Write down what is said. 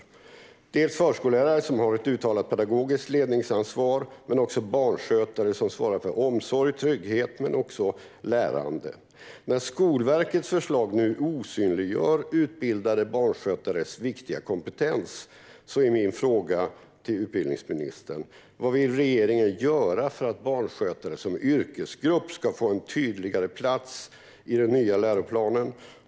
Det är dels förskollärare, som har ett uttalat pedagogiskt ledningsansvar, dels barnskötare, som svarar för omsorg och trygghet men också för lärande. När Skolverkets förslag nu osynliggör utbildade barnskötares viktiga kompetens är min fråga till utbildningsministern: Vad vill regeringen göra för att barnskötare som yrkesgrupp ska få en tydligare plats i den nya läroplanen?